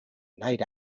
night